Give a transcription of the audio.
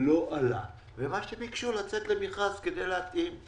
לא עלה ומה שביקשו זה לצאת למכרז כדי להתאים.